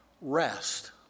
Rest